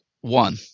one